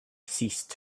ceased